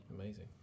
Amazing